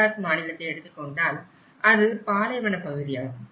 குஜராத் மாநிலத்தை எடுத்துக் கொண்டால் அது பாலைவன பகுதியாகும்